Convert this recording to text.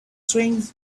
trains